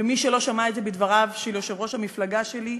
ומי שלא שמע את זה בדבריו של יושב-ראש המפלגה שלי,